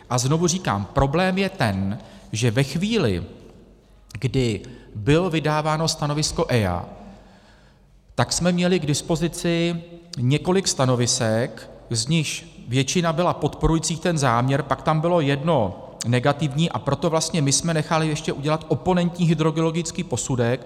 A znovu říkám, problém je ten, že ve chvíli, kdy bylo vydáváno stanovisko EIA, tak jsme měli k dispozici několik stanovisek, z nichž většina byla podporující ten záměr, a pak tam bylo jedno negativní, proto vlastně my jsme nechali ještě udělal oponentní hydrogeologický posudek.